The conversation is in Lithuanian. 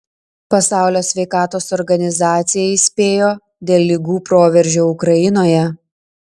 pasaulio sveikatos organizacija įspėjo dėl ligų proveržio ukrainoje